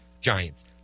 Giants